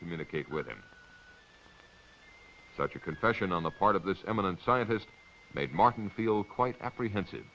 communicate with him such a confession on the part of this eminent scientist made martin feel quite apprehensive